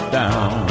down